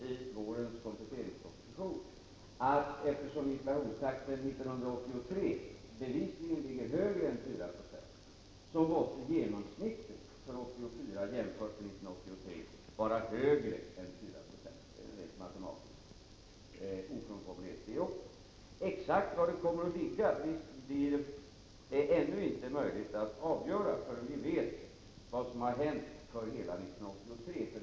i vårens kompletteringsproposition — att eftersom inflationstakten 1983 bevisligen ligger högre än 4 96 så måste genomsnittet för 1984 jämfört med 1983 vara högre än 4 90. Det är också en rent matematisk ofrånkomlighet. Exakt var inflationen kommer att ligga är inte möjligt att avgöra förrän vi vet vad som har hänt under hela året 1983.